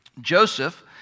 Joseph